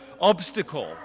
obstacle